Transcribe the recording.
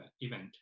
event